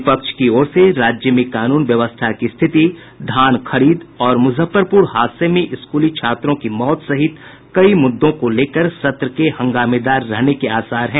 विपक्ष की ओर से राज्य में कानून व्यवस्था की स्थिति धान खरीद और मुजफ्फरपुर हादसे में स्कूली छात्रों की मौत सहित कई मुद्दों को लेकर सत्र के हंगामेदार रहने के आसार हैं